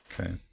Okay